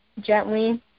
gently